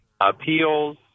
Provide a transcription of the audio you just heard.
appeals